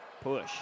Push